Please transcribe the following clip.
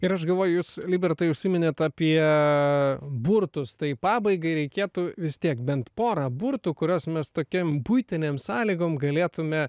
ir aš galvoju jūs libertai užsiminėt apie burtus tai pabaigai reikėtų vis tiek bent porą burtų kuriuos mes tokiam buitinėm sąlygom galėtume